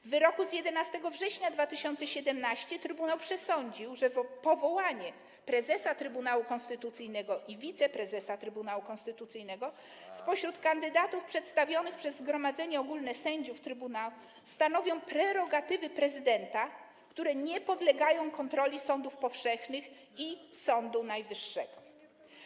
W wyroku z 11 września 2017 r. trybunał przesądził, że powołanie prezesa Trybunału Konstytucyjnego i wiceprezesa Trybunału Konstytucyjnego spośród kandydatów przedstawionych przez Zgromadzenie Ogólne Sędziów Trybunału Konstytucyjnego stanowią prerogatywy prezydenta, które nie podlegają kontroli sądów powszechnych i Sądu Najwyższego.